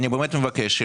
אני באמת מבקש,